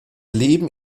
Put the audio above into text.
leben